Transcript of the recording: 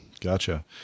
gotcha